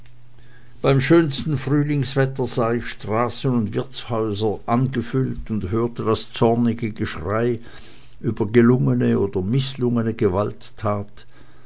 beim schönsten frühlingswetter sah ich straßen und wirtshäuser angefüllt und hörte das zornige geschrei über gelungene oder mißlungene gewalttat